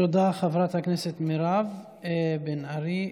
תודה, חברת הכנסת מירב בן ארי.